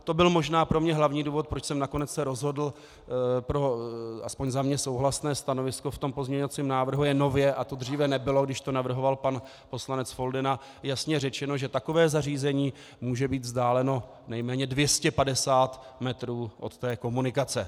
To byl možná pro mě hlavní důvod, proč jsem nakonec se rozhodl pro, aspoň za mě, souhlasné stanovisko v tom pozměňovacím návrhu je nově, a to dříve nebylo, když to navrhoval pan poslanec Foldyna jasně řečeno, že takové zařízení může být vzdáleno nejméně 250 metrů od té komunikace.